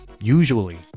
usually